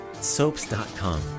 soaps.com